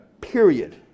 period